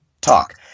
talk